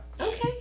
Okay